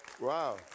wow